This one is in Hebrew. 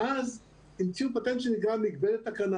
ואז המציאו פטנט שנקרא מגבלת תקנה.